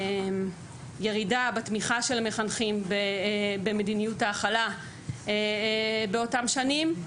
ירידה בתמיכה של מחנכים במדיניות ההכלה באותן שנים,